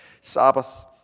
Sabbath